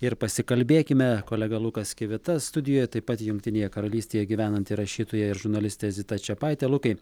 ir pasikalbėkime kolega lukas kivita studijoje taip pat jungtinėje karalystėje gyvenanti rašytoja ir žurnalistė zita čepaitė lukai